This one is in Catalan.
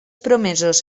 promesos